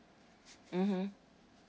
mmhmm